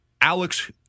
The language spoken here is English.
Alex